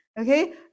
Okay